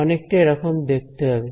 অনেকটা এরকম দেখতে হবে